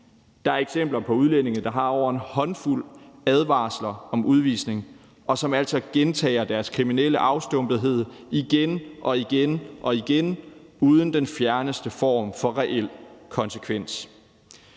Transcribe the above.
Der er eksempler på udlændinge, der har over en håndfuld advarsler om udvisning, og som altså gentager deres kriminelle afstumpethed igen og igen uden den fjerneste form for reel konsekvens.